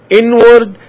inward